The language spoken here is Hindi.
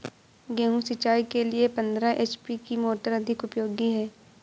गेहूँ सिंचाई के लिए पंद्रह एच.पी की मोटर अधिक उपयोगी है?